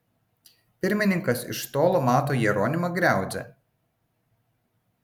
pirmininkas iš tolo mato jeronimą griauzdę